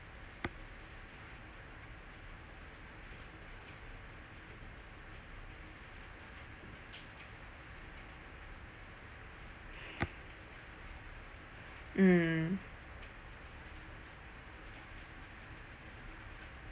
mm